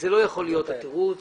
זה לא יכול להיות התירוץ